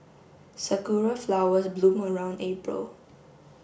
sakura flowers bloom around April